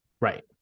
Right